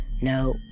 No